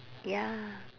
ya